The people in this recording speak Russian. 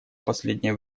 последнее